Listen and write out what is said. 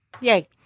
Yay